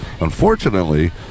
unfortunately